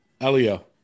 Elio